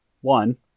one